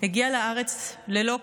הגיעה לארץ ללא כול.